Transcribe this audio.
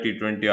T20